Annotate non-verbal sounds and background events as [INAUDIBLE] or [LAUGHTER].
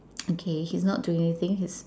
[NOISE] okay he is not doing anything he's